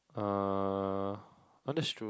uh oh that's true